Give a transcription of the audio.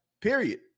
period